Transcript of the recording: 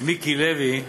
מיקי לוי,